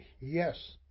Yes